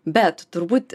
bet turbūt